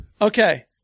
Okay